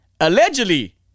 allegedly